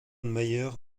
mayer